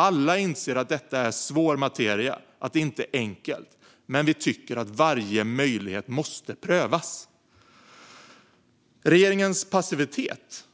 Alla inser att detta är svår materia och att det inte är enkelt, men vi tycker att varje möjlighet måste prövas. Regeringens passivitet